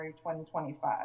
2025